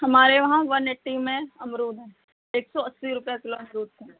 हमारे वहाँ one eighty में अमरूद हैं एक सौ अस्सी रुपये किलो अमरूद हैं